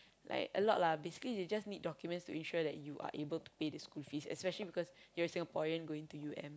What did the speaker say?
like a lot lah basically they just need documents to ensure that you are able to pay the school fees especially because you're Singaporean going to U_M